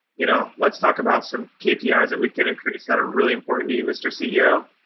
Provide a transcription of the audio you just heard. you know let's talk about some kpi's that we can increase that are really important to you, mr. ceo,